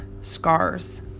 scars